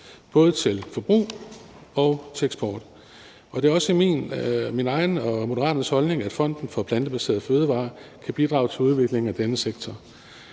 både til forbrug og til eksport. Det er også min egen og Moderaternes holdning, at Fonden for Plantebaserede Fødevarer kan bidrage til udviklingen af denne sektor.